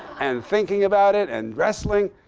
and thinking about it and wrestling.